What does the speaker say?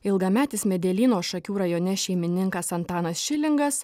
ilgametis medelyno šakių rajone šeimininkas antanas šilingas